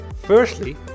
Firstly